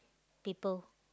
people